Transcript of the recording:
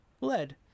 lead